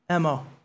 MO